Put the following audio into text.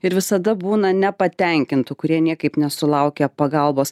ir visada būna nepatenkintų kurie niekaip nesulaukia pagalbos